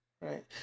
Right